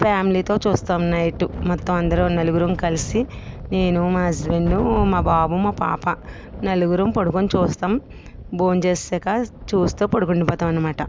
ఫ్యామిలీతో చూస్తాం నైట్ మొత్తం అందరం నలుగురం కలిసి నేను మా హస్బెండ్ మా బాబు మా పాప నలుగురు పడుకొని చూస్తాం భోజనం చేశాక చూస్తు పడుకుంది పోతాం అన్నమాట